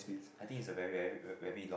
I think it's a very very very very long